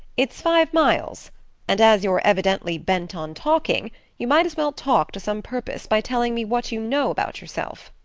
it's five miles and as you're evidently bent on talking you might as well talk to some purpose by telling me what you know about yourself.